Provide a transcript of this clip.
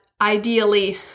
ideally